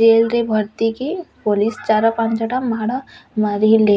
ଜେଲ୍ରେ ଭର୍ତ୍ତିକି ପୋଲିସ୍ ଚାରି ପାଞ୍ଚଟା ମାଡ଼ ମାରିଲେ